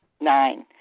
Nine